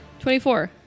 24